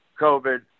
COVID